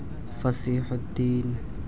فصیح الدین